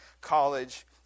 college